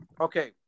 okay